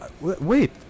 wait